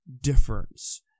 difference